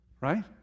Right